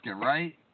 right